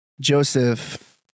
Joseph